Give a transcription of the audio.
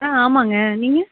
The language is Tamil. ஆ ஆமாங்க நீங்கள்